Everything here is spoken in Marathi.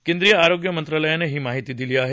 केंद्रीय आरोग्य मंत्रालयानं ही माहिती दिली आहे